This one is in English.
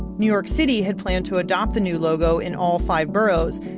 new york city had planned to adopt the new logo in all five boroughs,